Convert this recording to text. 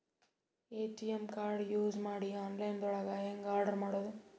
ATM card use ಮಾಡಿ online ದೊಳಗೆ ಹೆಂಗ್ ಆರ್ಡರ್ ಮಾಡುದು?